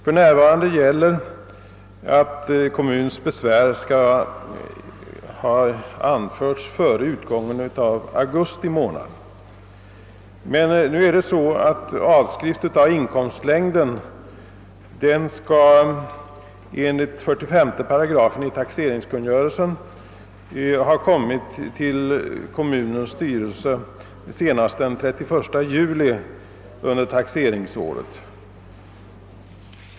För närvarande gäller att kommuns besvär skall ha anförts före utgången av augusti månad. Avskriften av inkomstlängden skall enligt 45 § taxeringskungörelsen ha tillställts kommunens styrelse senast den 31 juli under taxeringsåret.